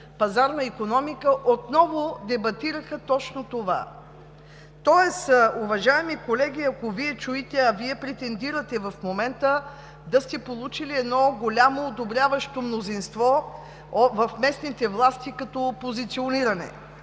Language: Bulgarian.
пазарна икономика отново дебатираха точно това. Уважаеми колеги, тоест, ако Вие чуете, а Вие претендирате в момента да сте получили едно голямо одобряващо мнозинство в местните власти като позициониране,